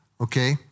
Okay